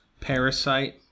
Parasite